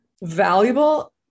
valuable